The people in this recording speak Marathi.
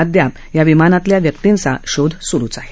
अद्यापि या विमानातल्या व्यक्तींचा शोध स्रु आहे